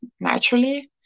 naturally